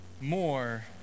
more